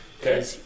Okay